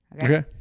Okay